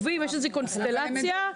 יש חוק להטרדה מינית.